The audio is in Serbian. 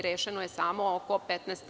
Rešeno je samo oko 15%